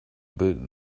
build